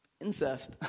Incest